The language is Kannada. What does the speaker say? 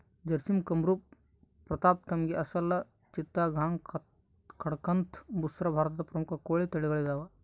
ಜರ್ಸಿಮ್ ಕಂರೂಪ ಪ್ರತಾಪ್ಧನ್ ಅಸೆಲ್ ಚಿತ್ತಗಾಂಗ್ ಕಡಕಂಥ್ ಬುಸ್ರಾ ಭಾರತದ ಪ್ರಮುಖ ಕೋಳಿ ತಳಿಗಳು ಇದಾವ